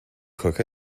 cook